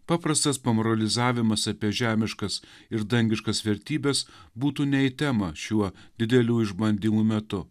paprastas pamoralizavimas apie žemiškas ir dangiškas vertybes būtų ne į temą šiuo didelių išbandymų metu